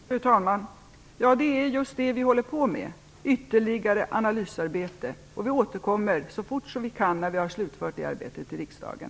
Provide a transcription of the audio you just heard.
Fru talman! Ja, vi håller just på med ett ytterligare analysarbete. Vi återkommer så fort vi har slutfört det arbetet till riksdagen.